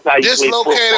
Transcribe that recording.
dislocated